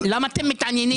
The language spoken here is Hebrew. לא משקף כלום,